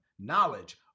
knowledge